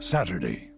Saturday